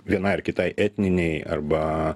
vienai ar kitai etninei arba